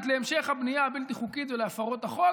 להמשך הבנייה הבלתי-חוקית ולהפרות החוק.